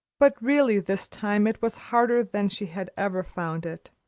but really this time it was harder than she had ever found it,